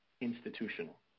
institutional